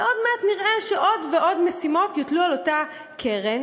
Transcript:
ועוד מעט נראה שעוד ועוד משימות יוטלו על אותה קרן,